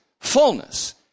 fullness